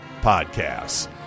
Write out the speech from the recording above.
podcasts